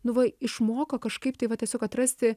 nu va išmoko kažkaip tai va tiesiog atrasti